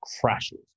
crashes